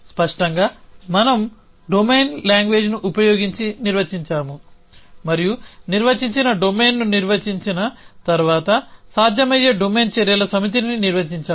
స్పష్టంగా మనం డొమైన్ను లాంగ్వేజ్ని ఉపయోగించి నిర్వచించాము మరియు నిర్వచించిన డొమైన్ ను నిర్వచించిన తర్వాత సాధ్యమయ్యే డొమైన్ చర్యల సమితిని నిర్వచించాము